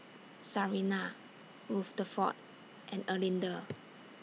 Sarina Rutherford and Erlinda